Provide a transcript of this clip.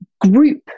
group